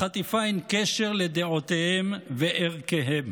לחטיפה אין קשר לדעותיהם ולערכיהם.